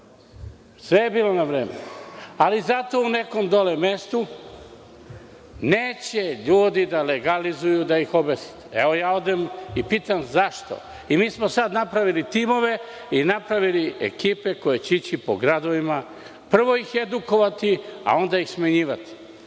Sve je bilo na vreme. Ali, zato u nekom dole mestu, neće ljudi da legalizuju da ih obesite. Ja ih pitam zašto? Mi smo sad napravili timove i ekipe koji će ići po gradovima, prvo ih edukovati a onda ih smenjivati. Ja